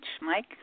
Mike